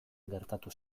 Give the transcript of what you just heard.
gertatu